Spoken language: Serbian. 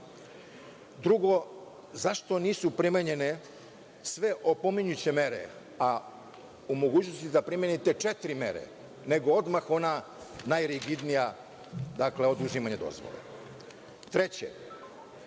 Drugo, zašto nisu primenjene sve opominjuće mere, a u mogućnosti da primenite četiri meri, nego odmah ona najrigidnija, dakle oduzimanje dozvole? Treće,